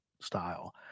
style